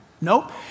Nope